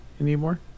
anymore